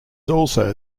also